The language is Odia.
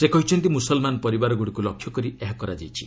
ସେ କହିଛନ୍ତି ମୁସଲମାନ ପରିବାରଗୁଡ଼ିକୁ ଲକ୍ଷ୍ୟ କରି ଏହା କରାଯାଇଛି